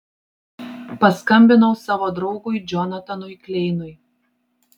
paskambinau savo draugui džonatanui kleinui